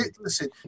listen